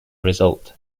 result